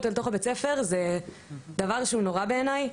לבית הספר וזה דבר שהוא נורא בעיניי.